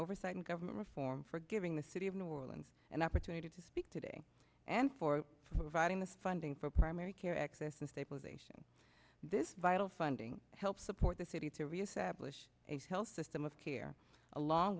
oversight and government reform for giving the city of new orleans an opportunity to speak to and for providing the funding for primary care access and stabilization this vital funding to help support the city to reestablish a health system of care along